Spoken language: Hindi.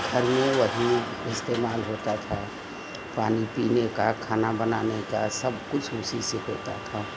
घर में वही इस्तेमाल होता था पानी पीने का खाना बनाने का सब कुछ उसी से होता था